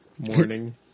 morning